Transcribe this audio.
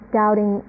doubting